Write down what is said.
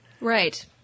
Right